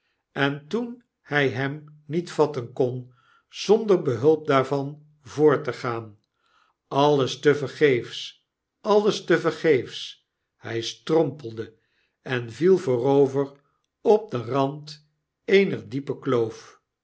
en toen hy hem niet vatten kon zonder behulp daarvan voort tegaan alles tevergeefs alles tevergeefs hy strompelde en viel voorover op den rand eener diepe kloof